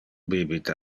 bibita